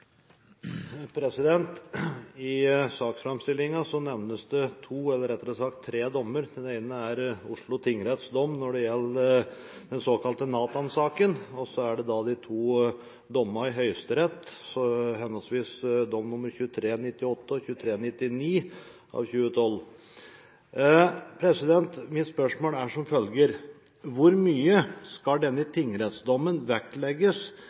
Oslo tingretts dom når det gjelder den såkalte Nathan-saken. Og så er det de to dommene i Høyesterett, henholdsvis dom nr. 2398 og 2399 av 2012. Mitt spørsmål er som følger: Hvor mye skal denne tingrettsdommen vektlegges